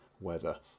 weather